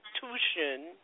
Constitution